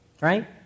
right